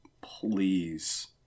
please